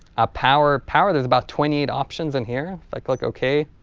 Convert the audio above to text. ah power power there's about twenty eight options in here if i click ok